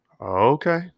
Okay